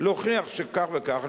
להוכיח שכך וכך,